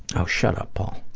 oh shut up, paul.